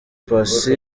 paccy